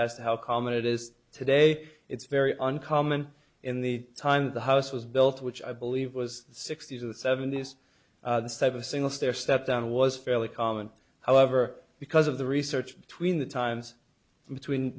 as to how common it is today it's very uncommon in the time the house was built which i believe was the sixties or seventies type of single stair step down was fairly common however because of the research between the times between